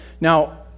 Now